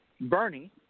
Bernie